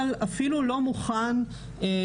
את לא באת